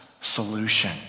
solution